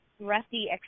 Rusty